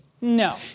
No